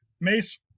Mace